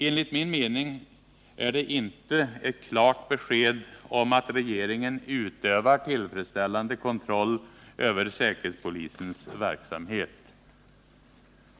Enligt min mening ger det inte ett klart besked om att regeringen utövar tillfredsställande kontroll över säkerhetspolisens verksamhet.